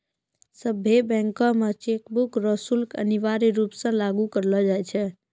सभ्भे बैंक मे चेकबुक रो शुल्क अनिवार्य रूप से लागू करलो जाय छै